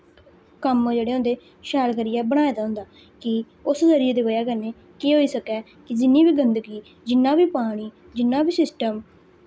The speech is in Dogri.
कम्म जेह्ड़े होंदे शैल करियै बनाए दा होंदा कि उस जरिये दी बजह कन्नै केह् होई सकै जिन्नी बी गंदगी जिन्ना बी पानी जिन्ना बी सिस्टम